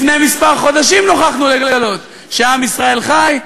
לפני כמה חודשים נוכחנו לגלות שעם ישראל חי,